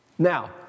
Now